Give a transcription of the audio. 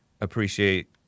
Appreciate